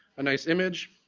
a nice image.